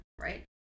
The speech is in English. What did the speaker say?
right